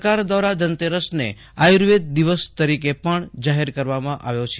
સરકાર દ્વારા ધનતેરસને આયુર્વેદ દિવસ તરીકે પણ જાહેર કરવામાં આવ્યો છે